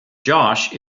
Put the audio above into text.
josh